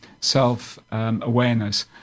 self-awareness